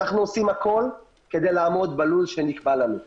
אנחנו עושים הכול כדי לעמוד בלו"ז שנקבע לנו.